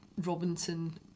Robinson